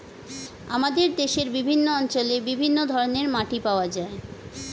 আমাদের দেশের বিভিন্ন অঞ্চলে বিভিন্ন ধরনের মাটি পাওয়া যায়